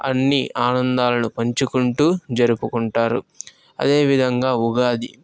అన్ని ఆనందాలను పంచుకుంటూ జరుపుకుంటారు అదేవిధంగా ఉగాది